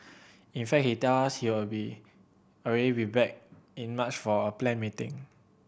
in fact he tell us he'll be already be back in March for a planned meeting